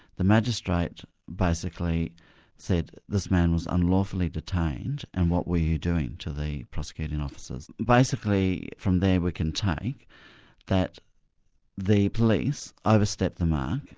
the magistrate basically said, this man was unlawfully detained and what were you doing? to the prosecuting officers. basically from there we can take that the police overstepped the mark,